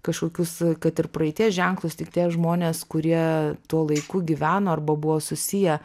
kažkokius kad ir praeities ženklus tik tie žmonės kurie tuo laiku gyveno arba buvo susiję